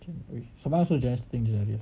samar also enlisting january